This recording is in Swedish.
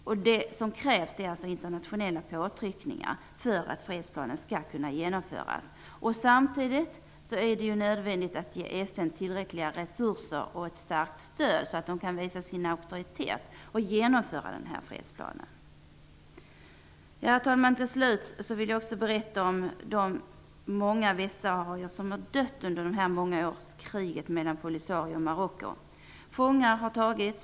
Internationella påtryckningar mot Marocko är nödvändiga för att fredsplanen skall kunna genomföras. Samtidigt är det nödvändigt att FN ges tillräckliga resurser och starkt stöd. Det är viktigt att FN visar auktoritet och kan hävda fredsplanens genomförande. Herr talman! Flera västsaharier har dött under de många år kriget mellan Polisario och Marocko har varat. Fångar har tagits.